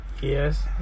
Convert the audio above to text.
Yes